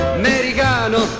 americano